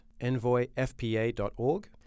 envoyfpa.org